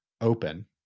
open